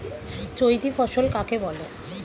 চৈতি ফসল কাকে বলে?